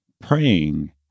Praying